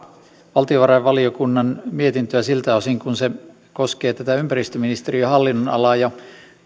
valtiovarainvaliokunnan mietintöä siltä osin kuin se koskee tätä ympäristöministeriön hallinnonalaa ja